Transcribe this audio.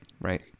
Right